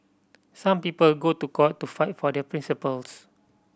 some people go to court to fight for their principles